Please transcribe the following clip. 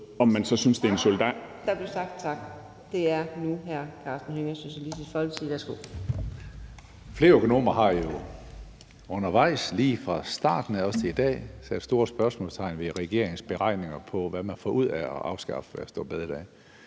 Om man så synes, det er en solidarisk